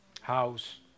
House